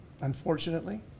unfortunately